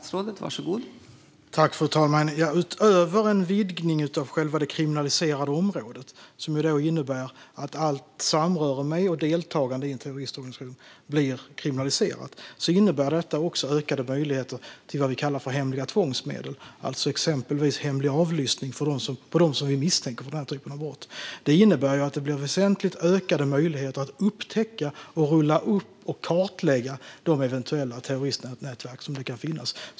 Fru talman! Utöver en vidgning av själva det kriminaliserade området, som innebär att allt samröre med och deltagande i en terroristorganisation blir kriminaliserat, innebär detta också ökade möjligheter till vad vi kallar för hemliga tvångsmedel, alltså exempelvis hemlig avlyssning av dem som vi misstänker för den här typen av brott. Det betyder att det blir väsentligt ökade möjligheter att upptäcka, rulla upp och kartlägga de eventuella terroristnätverk som kan finnas.